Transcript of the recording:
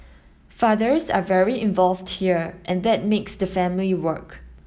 fathers are very involved here and that makes the family work